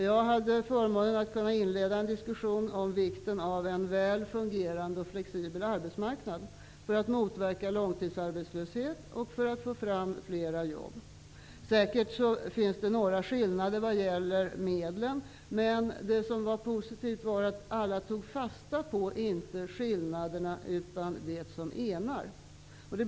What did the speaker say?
Jag hade förmånen att kunna inleda en diskussion om vikten av en väl fungerande och flexibel arbetsmarknad för att motverka långtidsarbetslöshet och för att få fram fler jobb. Säkert finns det några skillnader vad gäller medlen, men det positiva var att man inte tog fasta på skillnaderna utan på det som enar.